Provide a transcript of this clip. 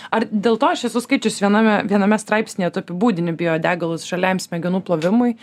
ar dėl to aš esu skaičius viename viename straipsnyje tu apibūdinti biodegalus žaliajam smegenų plovimui